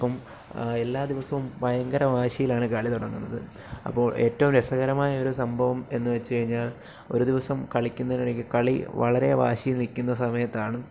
അപ്പം അ എല്ലാ ദിവസവും ഭയങ്കര വാശിയിലാണ് കളി തുടങ്ങുന്നത് അപ്പോൾ ഏറ്റവും രസകരമായ ഒരു സംഭവം എന്ന് വച്ച് കഴിഞ്ഞാൽ ഒരു ദിവസം കളിക്കുന്നതിന് ഇടയ്ക്ക് കളി വളരെ വാശിയിൽ നിൽക്കുന്ന സമയത്താണ്